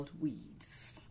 weeds